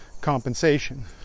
compensation